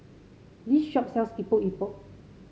this shop sells Epok Epok